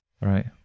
Right